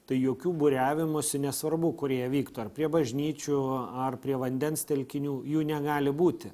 tai jokių būriavimųsi nesvarbu kur jie vyktų ar prie bažnyčių ar prie vandens telkinių jų negali būti